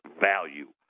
value